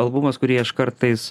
albumas kurį aš kartais